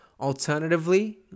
Alternatively